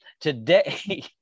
today